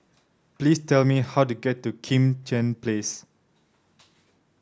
please tell me how to get to Kim Tian Place